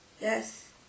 Yes